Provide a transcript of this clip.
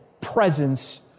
presence